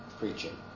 preaching